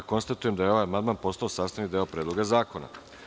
Konstatujem da je ovaj amandman postao sastavni deo Predloga zakona.